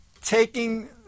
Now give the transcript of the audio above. taking